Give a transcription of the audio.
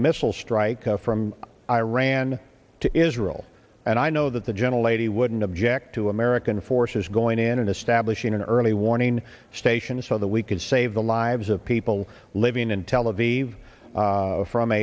missile strike from iran to israel and i know that the gentle lady wouldn't object to american forces going in and establishing an early warning station so that we could save the lives of people living in tel aviv from